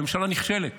הממשלה נכשלת